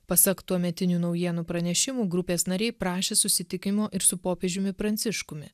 pasak tuometinių naujienų pranešimų grupės nariai prašė susitikimo ir su popiežiumi pranciškumi